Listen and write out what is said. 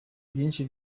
byinshi